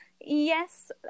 Yes